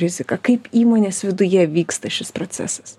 riziką kaip įmonės viduje vyksta šis procesas